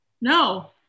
no